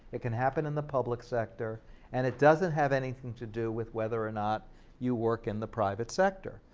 it can happen in the public sector and it doesn't have anything to do with whether or not you work in the private sector.